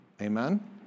Amen